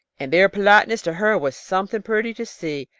and their politeness to her was something pretty to see,